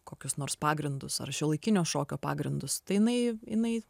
kokius nors pagrindus ar šiuolaikinio šokio pagrindus tai jinai jinai